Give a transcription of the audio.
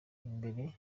imbere